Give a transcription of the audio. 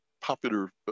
popular